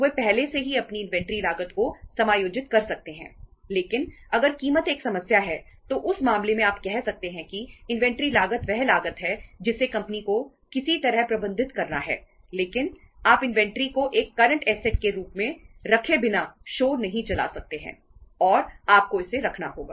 व्यवसाय या फर्म नहीं चला सकते हैं और आपको इसे रखना होगा